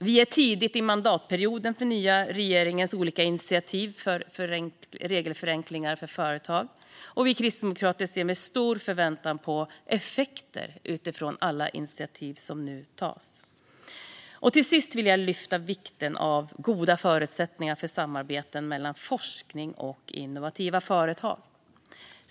Vi är tidigt i mandatperioden för den nya regeringens olika initiativ för regelförenklingar för företag, och vi kristdemokrater ser med stor förväntan på effekter utifrån alla initiativ som nu tas. Till sist vill jag lyfta fram vikten av goda förutsättningar för samarbeten mellan forskningen och innovativa företag.